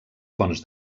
fonts